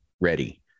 ready